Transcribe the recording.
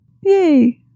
Yay